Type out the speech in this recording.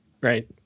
Right